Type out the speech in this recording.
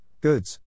goods